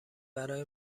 برای